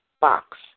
box